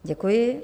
Děkuji.